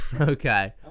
Okay